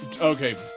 Okay